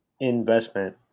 investment